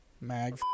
mag